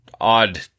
odd